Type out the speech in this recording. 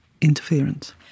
interference